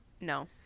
no